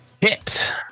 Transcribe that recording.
hit